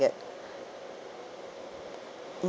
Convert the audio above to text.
get